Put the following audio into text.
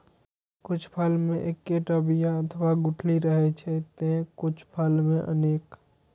कुछ फल मे एक्केटा बिया अथवा गुठली रहै छै, ते कुछ फल मे अनेक